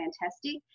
fantastic